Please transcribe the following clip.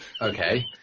okay